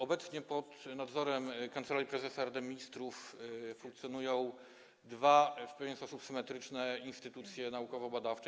Obecnie pod nadzorem Kancelarii Prezesa Rady Ministrów funkcjonują dwa w pewien sposób symetryczne instytucje naukowo-badawcze.